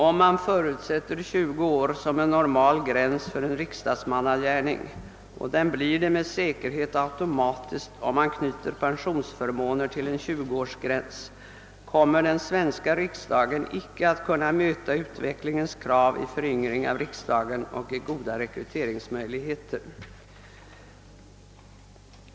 Om man förutsätter 20 år som normal gräns för en riksdagsmannagärning — och det blir den med säkerhet automatiskt, om man knyter pensionsförmåner till denna <20-årsgräns — kommer den svenska riksdagen icke att kunna möta utvecklingens krav på föryngring av riksdagen och goda rekryteringsmöjligheter.